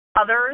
others